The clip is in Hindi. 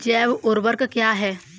जैव ऊर्वक क्या है?